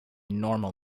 normal